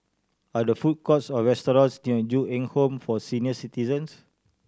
are the food courts or restaurants near Ju Eng Home for Senior Citizens